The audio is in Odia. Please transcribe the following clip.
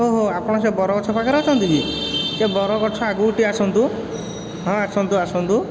ଓହୋ ଆପଣ ସେ ବରଗଛ ପାଖରେ ଅଛନ୍ତି କି ସେ ବରଗଛ ଆଗକୁ ଟିକିଏ ଆସନ୍ତୁ ହଁ ଆସନ୍ତୁ ଆସନ୍ତୁ